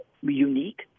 unique